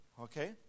Okay